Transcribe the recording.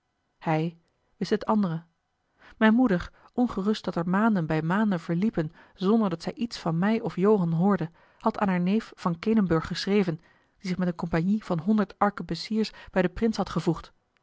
hij wist het andere mijne moeder ongerust dat er maanden bij maanden verliepen zonderdat zij iets van mij of johan hoorde had aan haar neef van kenenburg geschreven die zich met eene compagnie van honderd arquebusiers bij den prins had gevoegd